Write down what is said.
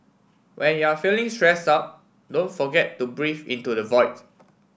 when you are feeling stress out don't forget to breathe into the void